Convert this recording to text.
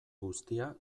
guztia